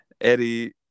Eddie